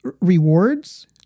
Rewards